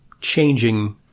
changing